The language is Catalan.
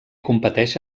competeix